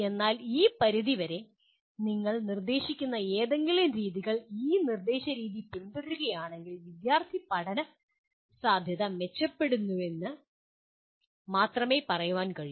എന്നാൽ ഈ പരിധിവരെ നിങ്ങൾ നിർദ്ദേശിക്കുന്ന ഏതെങ്കിലും രീതികൾ ഈ നിർദ്ദേശരീതി പിന്തുടരുകയാണെങ്കിൽ വിദ്യാർത്ഥി പഠന സാധ്യത മെച്ചപ്പെടുമെന്ന് മാത്രമേ പറയാൻ കഴിയൂ